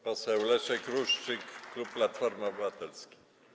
Poseł Leszek Ruszczyk, klub Platforma Obywatelska.